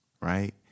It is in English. right